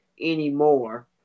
anymore